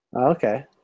Okay